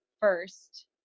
first